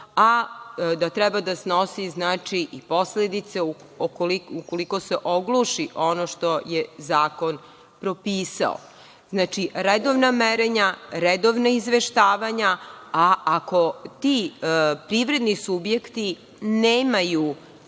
a da treba da snosi i posledice ukoliko se ogluši ono što je zakon propisao. Redovna merenja, redovna izveštavanja, a ako ti privredni subjekti nemaju,